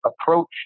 approach